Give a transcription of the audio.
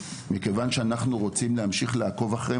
מכיוון שאנחנו רוצים לעקוב אחריהם